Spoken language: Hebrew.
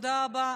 בבקשה.